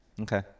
okay